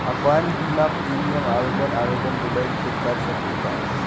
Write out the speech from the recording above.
अपन बीमा प्रीमियम आवेदन आवेदन मोबाइल से कर सकहुं का?